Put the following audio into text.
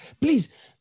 please